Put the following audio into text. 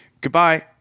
Goodbye